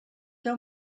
deu